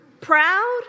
proud